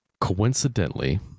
coincidentally